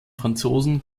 franzosen